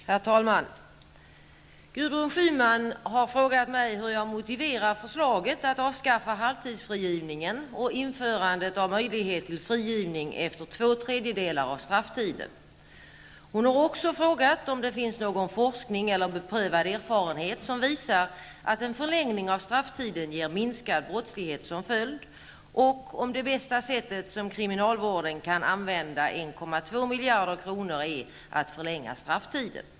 Fru talman! Gudrun Schyman har frågat mig hur jag motiverar förslaget att avskaffa halvtidsfrigivningen och införandet av möjlighet till frigivning efter två tredjedelar av strafftiden. Hon har också frågat om det finns någon forskning eller beprövad erfarenhet som visar att en förlängning av strafftiden ger minskad brottslighet som följd och om det bästa sättet som kriminalvården kan använda 1,2 miljarder kronor är att förlänga strafftiden.